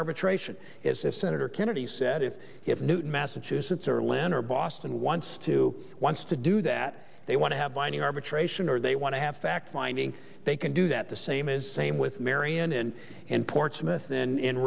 arbitration it's as senator kennedy said if you have newton massachusetts or lynn or boston wants to wants to do that they want to have binding arbitration or they want to have fact finding they can do that the same is same with marion and in portsmouth then in